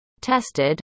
Tested